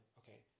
okay